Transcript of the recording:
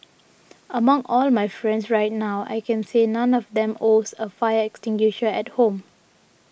among all my friends right now I can say none of them owns a fire extinguisher at home